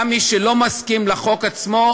גם מי שלא מסכים לחוק עצמו,